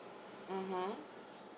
(uh huh)